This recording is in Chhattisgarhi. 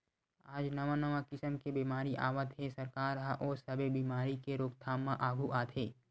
आज नवा नवा किसम के बेमारी आवत हे, सरकार ह ओ सब्बे बेमारी के रोकथाम म आघू आथे